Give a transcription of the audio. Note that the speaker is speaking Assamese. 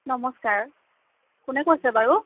নমস্কাৰ কোনে কৈছে বাৰু